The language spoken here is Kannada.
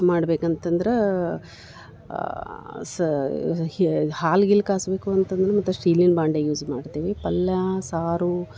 ಮಾಡ್ಬೇಕು ಅಂತಂದ್ರೆ ಸಹ ಹಾಲು ಗೀಲ್ ಕಾಯ್ಸ್ಬೇಕು ಅಂತಂದು ಮತ್ತು ಸ್ಟೀಲಿನ ಬಾಂಡೆ ಯೂಸ್ ಮಾಡ್ತೀವಿ ಪಲ್ಯ ಸಾರು